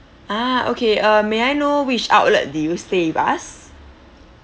ah okay uh may I know which outlet did you stay with us